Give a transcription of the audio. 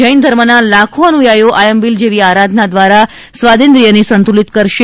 જૈન ધર્મના લાખો અનુયાયીઓ આયંબિલ જેવી આરાધના દ્વારા સ્વાદેન્દ્રીયને સંતુલીત કરશે